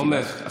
עומר.